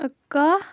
کاہ